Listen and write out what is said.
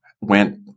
went